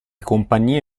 compagnie